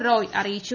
റോയ് അറിയിച്ചു